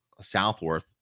Southworth